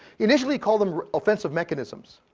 initially call them offensive mechanisms.